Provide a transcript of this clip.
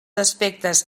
aspectes